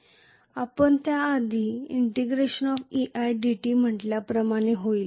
आपण त्या आधी eidt म्हटल्याप्रमाणे होईल